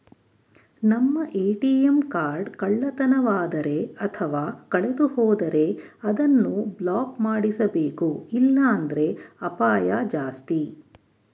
ನಮ್ಮ ATM card ಕಳ್ಳತನವಾದರೆ ಅಥವಾ ಕಳೆದುಹೋದರೆ ಅದನ್ನು ಬ್ಲಾಕ್ ಮಾಡಿಸಬೇಕು ಇಲ್ಲಾಂದ್ರೆ ಅಪಾಯ ಜಾಸ್ತಿ